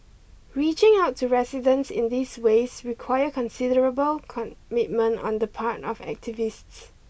reaching out to residents in these ways require considerable commitment on the part of activists